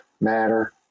matter